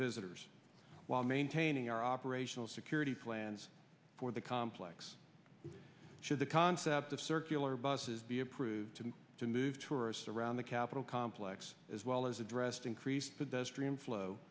visitors while maintaining our operational security plans for the complex should the concept of circular buses be approved to move tourists around the capitol complex as well as addressed increased pedestrian flow